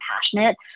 passionate